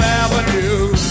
avenue